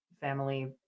family